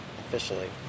officially